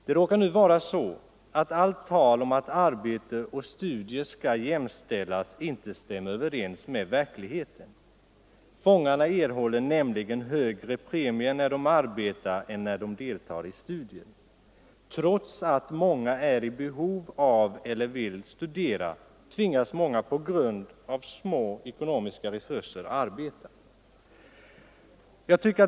Det råkar vara så att allt tal om att arbete och studier skall jämställas inte stämmer överens med verkligheten. Fångarna erhåller nämligen högre premier när de arbetar än när de deltar i studier. Trots att många är i behov av och vill studera tvingas de på grund av små ekonomiska resurser att arbeta.